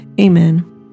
Amen